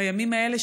בימים האלה,